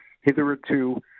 hitherto